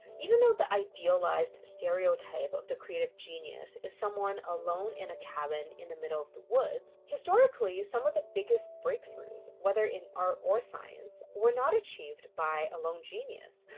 even though the idealized stereotype of the creative genius is someone alone in a cabin in the middle of the woods. historically some of the biggest breakthroughs, whether in art or science, were not achieved by a lone genius,